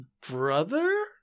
brother